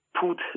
put